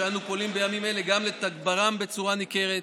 שאנו פועלים בימים אלה גם לתגברן במדיה ניכרת,